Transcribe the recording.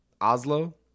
Oslo